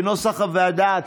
כנוסח הוועדה.